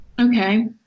Okay